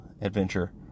adventure